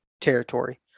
territory